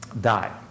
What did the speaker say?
die